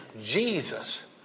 Jesus